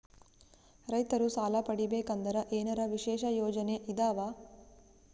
ರೈತರು ಸಾಲ ಪಡಿಬೇಕಂದರ ಏನರ ವಿಶೇಷ ಯೋಜನೆ ಇದಾವ?